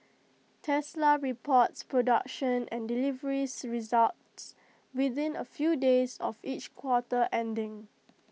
Tesla reports production and delivery's results within A few days of each quarter ending